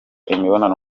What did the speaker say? imibonano